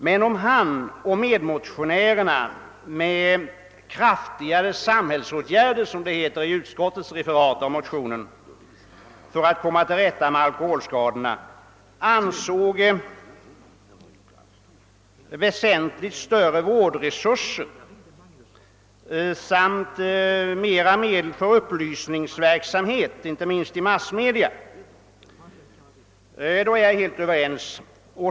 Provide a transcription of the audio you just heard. Men om han och hans medmotionärer med »kraftigare samhällsåtgärder» — som det står i utskottets referat av motionen — för att komma till rätta med alkoholskadorna avser väsentligt större vårdresurser och mera pengar för upplysningsverksamhet inte minst i massmedia, så är jag helt ense med motionärerna.